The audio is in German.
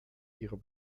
ihrer